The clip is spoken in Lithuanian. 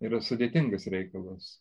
yra sudėtingas reikalas